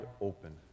open